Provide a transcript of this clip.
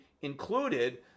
included